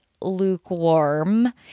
lukewarm